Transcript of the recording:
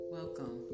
Welcome